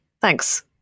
Thanks